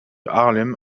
haarlem